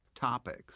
topics